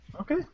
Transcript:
Okay